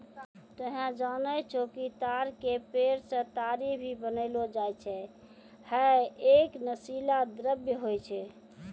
तोहं जानै छौ कि ताड़ के पेड़ सॅ ताड़ी भी बनैलो जाय छै, है एक नशीला द्रव्य होय छै